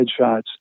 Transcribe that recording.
headshots